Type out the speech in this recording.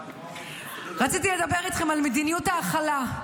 רציתי לדבר איתכם על מדיניות ההכלה,